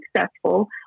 successful